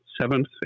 seventh